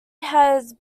had